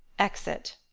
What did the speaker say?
exit